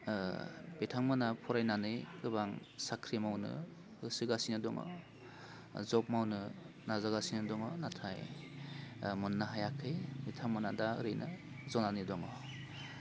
बिथांमोना फरायनानै गोबां साख्रि मावनो होसोगासिनो दङ जब मावनो नाजागासिनो दङ नाथाय मोननो हायाखै बिथांमोनहा दा ओरैनो जनानै दङ